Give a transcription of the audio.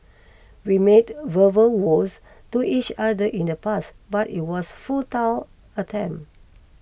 we made verbal vows to each other in the pass but it was futile attempt